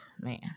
Man